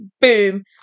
boom